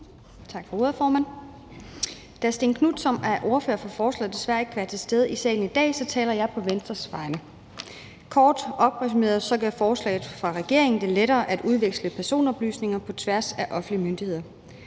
Tak for ordet, formand. Da Stén Knuth, som er ordfører på forslaget, desværre ikke kan være til stede i salen i dag, taler jeg på Venstres vegne. Kort opsummeret gør forslaget fra regeringen det lettere at udveksle personoplysninger på tværs af offentlige myndigheder.